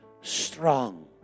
strong